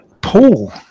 Paul